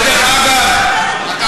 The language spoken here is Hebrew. ודרך אגב,